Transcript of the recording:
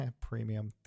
premium